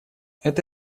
это